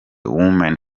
women